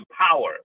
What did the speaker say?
power